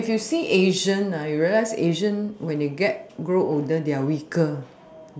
but you can see asian you realize asian when they get grow older they are weaker